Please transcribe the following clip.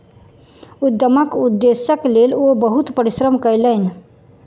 उद्यमक उदेश्यक लेल ओ बहुत परिश्रम कयलैन